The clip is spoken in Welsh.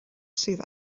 sydd